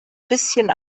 bisschen